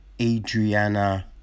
Adriana